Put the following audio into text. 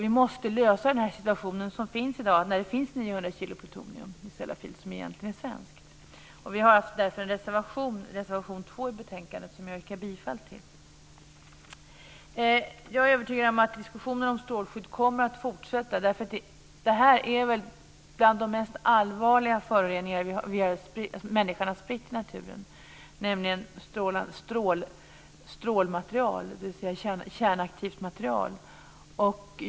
Man måste lösa dagens situation med 900 kilo plutonium i Sellafield som egentligen är svenskt. Vi har därför avgett en reservation, nr 2, till betänkandet som jag yrkar bifall till. Jag är övertygad om att diskussionen om strålskydd kommer att fortsätta. Kärnaktivt material är bland de mest allvarliga föroreningar som människan har spritt i naturen.